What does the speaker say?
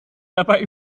dabei